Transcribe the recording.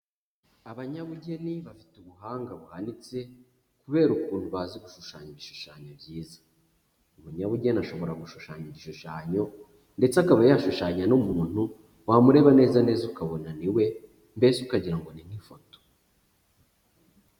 Abanyabugeni bafite ubuhanga buhanitse kubera ukuntu bazi gushushanya ibishushanyo byiza, umunyabugeni ashobora gushushanya igishushanyo ndetse akaba yashushanya n'umuntu wamureba neza neza ukabona ni we, mbese ukagira ngo ni nk'ifoto.